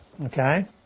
Okay